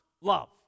love